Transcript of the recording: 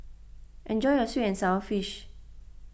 enjoy your Sweet and Sour Fish